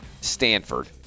Stanford